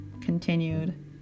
continued